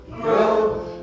grow